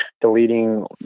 deleting